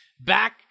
Back